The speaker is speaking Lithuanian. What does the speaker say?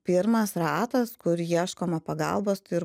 pirmas ratas kur ieškoma pagalbos tai ir